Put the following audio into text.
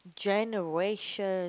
generation